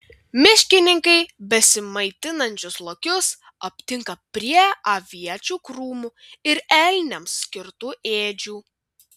miškininkai besimaitinančius lokius aptinka prie aviečių krūmų ir elniams skirtų ėdžių